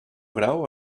grau